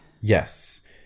Yes